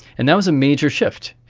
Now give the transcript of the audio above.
and that was a major shift,